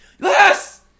Yes